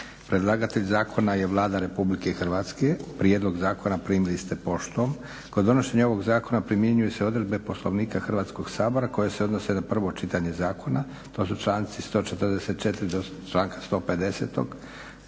Predlagatelj zakona je Vlada RH. Prijedlog zakona primili ste poštom. kod donošenja ovog zakona primjenjuju se odredbe Poslovnika Hrvatskog sabora koje se odnose na prvo čitanje zakona. To su članci 144.do članka 150.